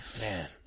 Man